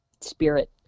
spirit